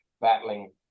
battling